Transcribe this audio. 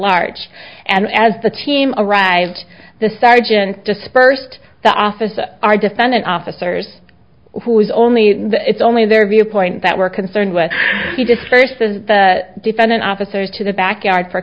large and as the team arrived the sergeant dispersed the office of our defendant officers who was only it's only their viewpoint that we're concerned with he discursive the defendant officers to the back yard for